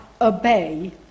obey